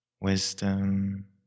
wisdom